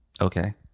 okay